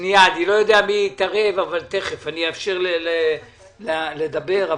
תכף אאפשר לדבר.